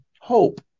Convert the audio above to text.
hope